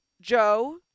Joe